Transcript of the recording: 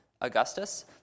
Augustus